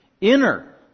inner